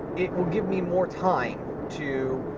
it will give me more time to